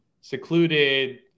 secluded